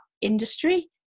industry